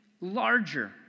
larger